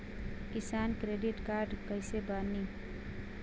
किसान credit card कइसे बानी?